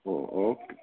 او okay